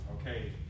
Okay